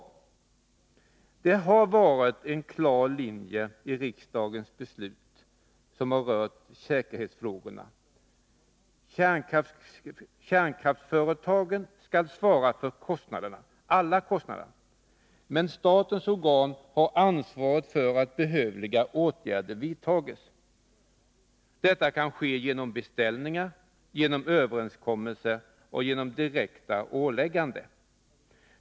AB Asea-Atom Det har varit en klar linje i riksdagens beslut som rört säkerhetsfrågorna. till ASEA AB Kärnkraftsföretagen skall svara för alla kostnader, men statens organ har ansvaret för att behövliga åtgärder vidtas. Detta kan ske genom beställningar, överenskommelser eller direkta ålägganden.